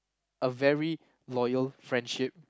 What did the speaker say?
a very loyal friendship